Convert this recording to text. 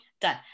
done